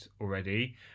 already